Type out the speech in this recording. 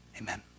amen